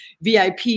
VIP